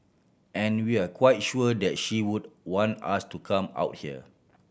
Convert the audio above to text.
and we're quite sure that she would want us to come out here